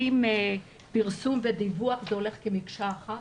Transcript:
האם פרסום ודיווח הולך כמקשה אחת?